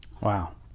Wow